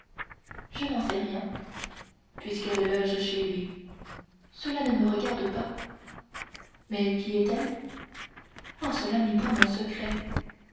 je n'en sais rien puisqu'elle loge chez lui cela ne me regarde pas mais qui est-elle oh cela n'est point mon secret